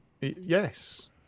Yes